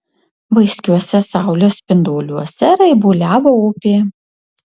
vaiskiuose saulės spinduliuose raibuliavo upė